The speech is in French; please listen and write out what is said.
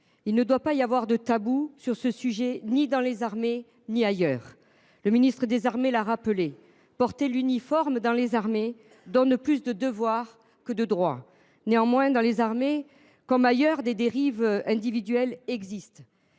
Il ne doit pas y avoir de tabou sur ce sujet, ni dans les armées ni ailleurs. M. le ministre l’a rappelé : porter l’uniforme de nos armées donne plus de devoirs que de droits. Néanmoins, dans les armées comme ailleurs, des dérives individuelles existent.